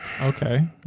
okay